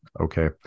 Okay